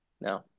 No